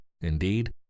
Indeed